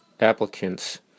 applicants